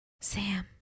Sam